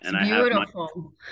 beautiful